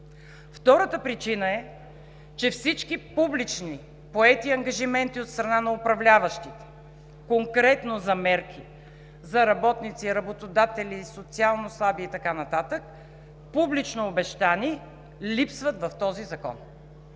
Втората причина е, че всички поети ангажименти от страна на управляващите конкретно на мерки за работници и работодатели, социално слаби и така нататък – публично обещани, липсват в този закон.